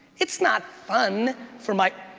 it's not fun for my,